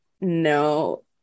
no